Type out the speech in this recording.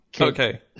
okay